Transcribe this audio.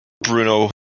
Bruno